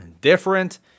different